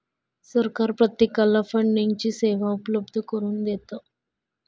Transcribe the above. सरकार प्रत्येकाला फंडिंगची सेवा उपलब्ध करून देतं